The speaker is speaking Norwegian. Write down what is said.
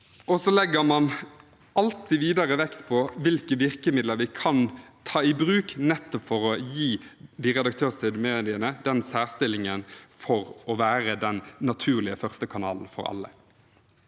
Videre legger man alltid vekt på hvilke virkemidler vi kan ta i bruk for nettopp å gi de redaktørstyrte mediene den særstillingen, for at de kan være den naturlige førstekanalen for alle.